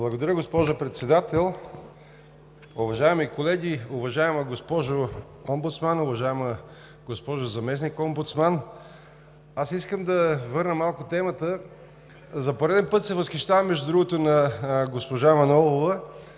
Благодаря, госпожо Председател. Уважаеми колеги, уважаема госпожо Омбудсман, уважаема госпожо Заместник-омбудсман! Аз искам да върна малко темата. За пореден път се възхищавам на госпожа Манолова